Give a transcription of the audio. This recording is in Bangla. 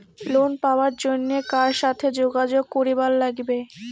লোন পাবার জন্যে কার সাথে যোগাযোগ করিবার লাগবে?